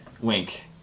wink